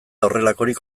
horrelakorik